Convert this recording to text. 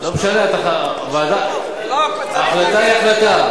לא משנה, החלטה היא החלטה.